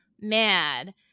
mad